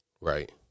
Right